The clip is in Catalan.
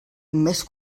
més